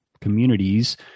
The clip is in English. communities